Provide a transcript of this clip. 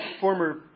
former